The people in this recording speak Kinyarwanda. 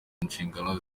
inshingano